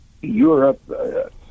Europe